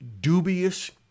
dubious